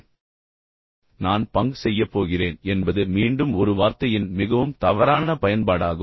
எனவே நான் பங்க் செய்யப் போகிறேன் என்பது மீண்டும் ஒரு வார்த்தையின் மிகவும் தவறான பயன்பாடாகும்